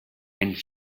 and